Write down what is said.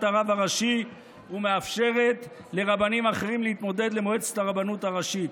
הרב הראשי ומאפשרת לרבנים אחרים להתמודד למועצת הרבנות הראשית.